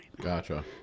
Gotcha